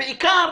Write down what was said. בעיקר,